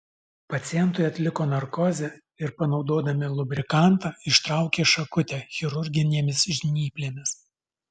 pacientui atliko narkozę ir panaudodami lubrikantą ištraukė šakutę chirurginėmis žnyplėmis